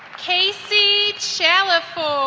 casey chalifour